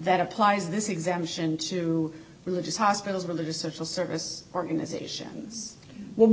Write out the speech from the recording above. that applies this exemption to religious hospitals religious social service organizations w